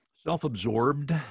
self-absorbed